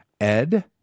Ed